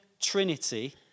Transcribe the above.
Trinity